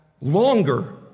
longer